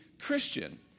Christian